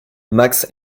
max